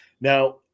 Now